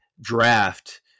draft